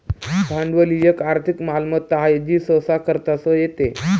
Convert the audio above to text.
भांडवल ही एक आर्थिक मालमत्ता आहे जी सहसा खर्चासह येते